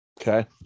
Okay